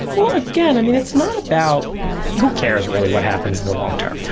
well again, i mean, it's not about who cares really what happens in the long term.